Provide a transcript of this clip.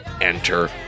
enter